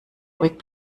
ruhig